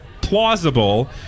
plausible